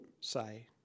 say